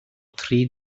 tri